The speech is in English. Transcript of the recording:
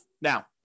Now